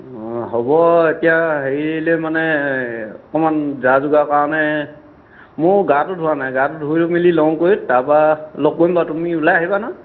অঁ হ'ব এতিয়া হেৰিলে মানে অকণমান যা যোগাৰৰ কাৰণে মোৰ গাটো ধোৱা নাই গাটো ধুই মেলি লওগৈ তাৰপৰা লগ কৰিম বাৰু তুমি ওলাই আহিবা নহয়